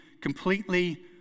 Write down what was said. completely